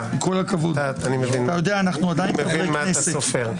אנחנו עדיין בכנסת.